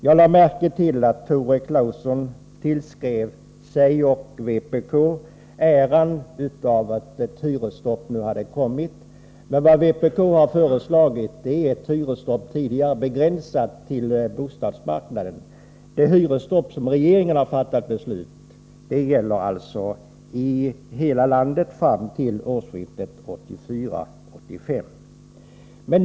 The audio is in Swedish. Jag lade märke till att Tore Claeson tillskrev sig och vpk äran av att ett hyresstopp nu har kommit. Men vad vpk har föreslagit är ett hyresstopp tidigare begränsat till bostadsmarknaden. Det hyresstopp som regeringen har fattat beslut om gäller i hela landet fram till årsskiftet 1984-1985.